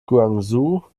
guangzhou